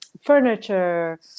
furniture